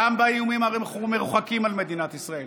גם באיומים המרוחקים על מדינת ישראל